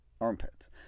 armpits